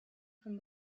von